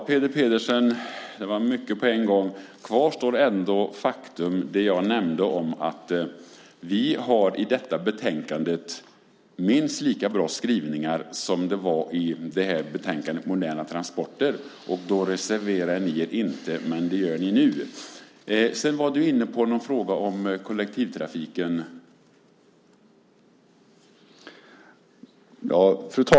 Fru talman! Det var mycket på en gång, Peter Pedersen! Kvar står ändå det faktum jag nämnde att detta betänkande har minst lika bra skrivningar som betänkandet Moderna transporter , och då reserverade ni er inte. Det gör ni nu. Sedan var du inne på en fråga om kollektivtrafiken.